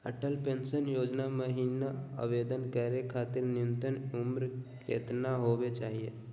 Atal pension योजना महिना आवेदन करै खातिर न्युनतम उम्र केतना होवे चाही?